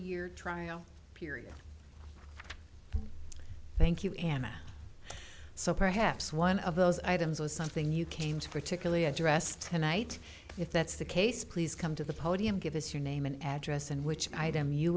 year trial period thank you emma so perhaps one of those items or something you came to particularly addressed tonight if that's the case please come to the podium give us your name and address and which item you